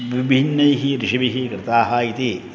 विभिन्नैः ऋषिभिः कृताः इति